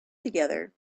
together